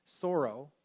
sorrow